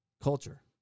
Culture